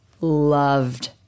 loved